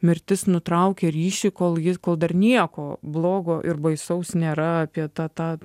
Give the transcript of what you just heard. mirtis nutraukė ryšį kol ji kol dar nieko blogo ir baisaus nėra apie tą tą